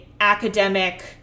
academic